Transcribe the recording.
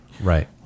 right